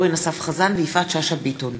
אורן אסף חזן ויפעת שאשא ביטון